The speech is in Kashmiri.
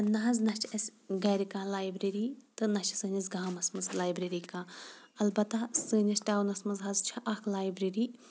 نہ حظ نہ چھِ اَسہِ گَرِ کانٛہہ لایبرٔری تہٕ نہ چھِ سٲنِس گامَس منٛز لایبرٔری کانٛہہ البتہ سٲنِس ٹاونَس منٛز حظ چھےٚ اَکھ لایبرٔری